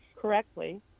correctly